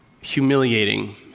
humiliating